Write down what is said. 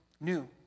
new